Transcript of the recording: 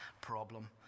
problem